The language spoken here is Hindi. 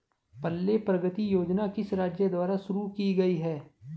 पल्ले प्रगति योजना किस राज्य द्वारा शुरू की गई है?